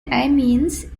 amiens